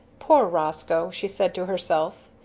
poor roscoe! she said to herself.